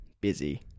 busy